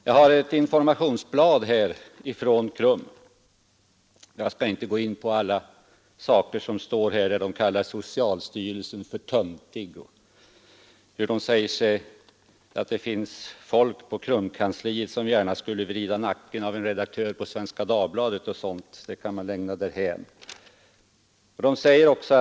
Här har jag ett informationsblad från KRUM. Jag skall inte gå in på allt som står där. Det kallar socialstyrelsen för ”töntig”, säger att det finns folk på KRUM-kansliet som gärna skulle vrida nacken av en redaktör på Svenska Dagbladet, osv. 137 — det kan man lämna därhän.